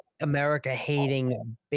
America-hating